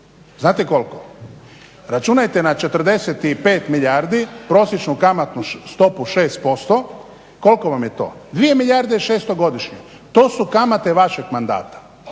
Znate koliko? Računajte na 45 milijardi prosječnu kamatnu stopu 6% koliko vam je to? 2 milijarde i 600 godišnje. To su kamate vašeg mandata.